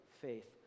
faith